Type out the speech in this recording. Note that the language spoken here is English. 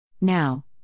Now